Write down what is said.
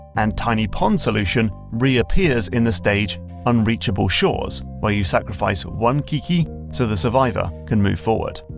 and tiny pond's solution reappears in the stage unreachable shores, where you sacrifice one keke, so the survivor can move forward.